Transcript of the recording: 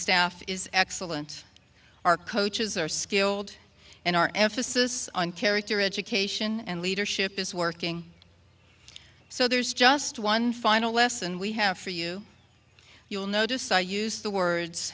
staff is excellent our coaches are skilled and our emphasis on character education and leadership is working so there's just one final lesson we have for you you'll notice i used the words